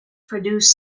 produce